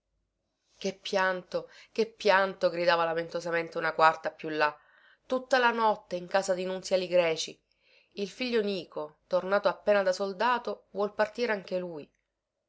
che pianto che pianto gridava lamentosamente una quarta più là tutta la notte in casa di nunzia ligreci il figlio nico tornato appena da soldato vuol partire anche lui